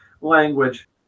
language